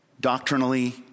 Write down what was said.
doctrinally